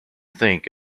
think